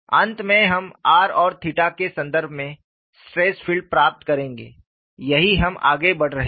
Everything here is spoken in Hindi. अंत में हम r और थीटा के संदर्भ में स्ट्रेस फील्ड प्राप्त करेंगे यही हम आगे बढ़ रहे हैं